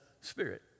spirit